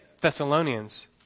Thessalonians